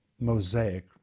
mosaic